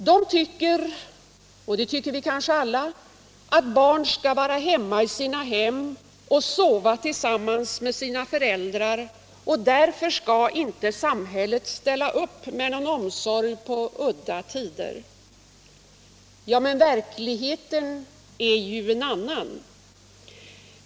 De tycker — och det tycker vi kanske alla — att barn skall vara i sina hem och sova tillsammans med sina föräldrar, och därför skall inte samhället ställa upp med någon omsorg på udda tider. Ja, men verkligheten är ju en annan.